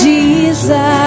Jesus